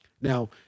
Now